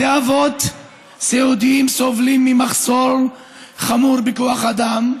בתי אבות סיעודיים סובלים ממחסור חמור בכוח אדם,